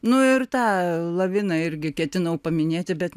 nu ir tą laviną irgi ketinau paminėti bet